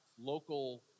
local